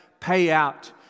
payout